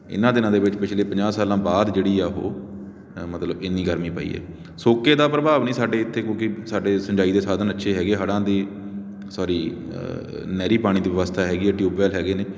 ਇਹਨਾਂ ਦਿਨਾਂ ਦੇ ਵਿੱਚ ਪਿਛਲੇ ਪੰਜਾਹ ਸਾਲਾਂ ਬਾਅਦ ਜਿਹੜੀ ਆ ਉਹ ਮਤਲਬ ਇੰਨੀ ਗਰਮੀ ਪਈ ਆ ਸੋਕੇ ਦਾ ਪ੍ਰਭਾਵ ਨਹੀਂ ਸਾਡੇ ਇੱਥੇ ਕਿਉਂਕਿ ਸਾਡੇ ਸਿੰਜਾਈ ਦੇ ਸਾਧਨ ਅੱਛੇ ਹੈਗੇ ਆ ਹੜ੍ਹਾਂ ਦੀ ਸੋਰੀ ਨਹਿਰੀ ਪਾਣੀ ਦੀ ਵਿਵਸਥਾ ਹੈਗੀ ਆ ਟਿਊਬਵੈੱਲ ਹੈਗੇ ਨੇ